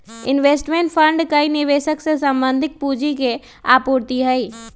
investment fund कई निवेशक से संबंधित पूंजी के आपूर्ति हई